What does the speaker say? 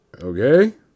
Okay